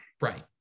Right